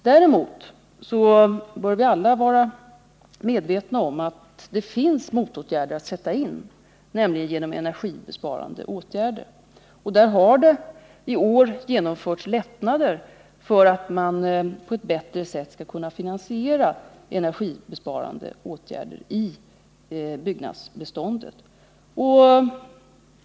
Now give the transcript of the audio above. Däremot bör vi alla vara medvetna om att det finns motåtgärder att sätta in, nämligen i form av energibesparande åtgärder. Det har i år genomförts åtgärder som underlättar möjligheterna att finansiera energisparande åtgärder i byggnadsbeståndet.